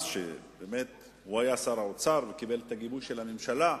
אז הוא היה שר האוצר וקיבל את הגיבוי של הממשלה.